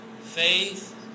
Faith